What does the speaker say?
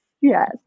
Yes